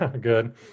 good